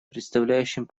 представляющим